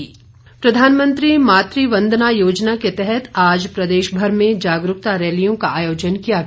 जागरूकता रैली प्रधानमंत्री मातृ वंदना योजना के तहत आज प्रदेशभर में जागरूकता रैलियों का आयोजन किया गया